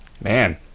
Man